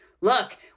look